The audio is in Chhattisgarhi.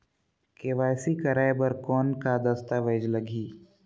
के.वाई.सी कराय बर कौन का दस्तावेज लगही?